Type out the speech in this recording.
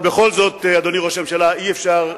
אבל בכל זאת, אדוני ראש הממשלה, אי-אפשר,